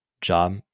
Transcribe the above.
job